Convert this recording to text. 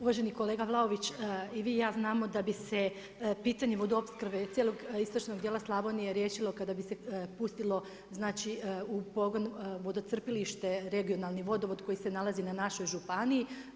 Uvaženi kolega Vlaović i vi i ja znamo da bi se pitanje vodoopskrbe cijelog istočnog dijela Slavonije riješilo kada bi se pustilo, znači u pogon vodocrpilište regionalni vodovod koji se nalazi na našoj županiji.